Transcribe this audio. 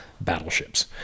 battleships